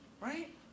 right